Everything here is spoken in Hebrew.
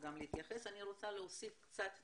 להתייחס אני רוצה להוסיף קצת נתונים.